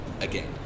again